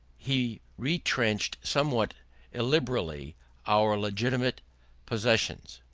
he retrenched somewhat illiberally our legitimate possessions.